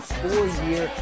four-year